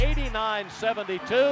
89-72